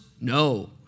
No